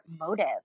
motive